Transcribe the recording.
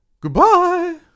Goodbye